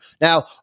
Now